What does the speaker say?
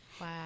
Wow